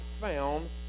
found